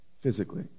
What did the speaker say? physically